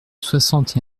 soixante